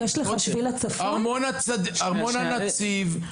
טיילת ארמון הנציב,